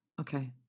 okay